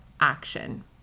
Action